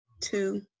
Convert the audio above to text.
Two